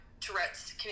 Tourette's